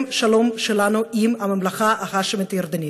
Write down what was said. השלום שלנו עם הממלכה ההאשמית-ירדנית.